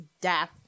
death